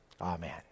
amen